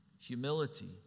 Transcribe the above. humility